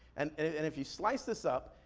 and if you slice this up,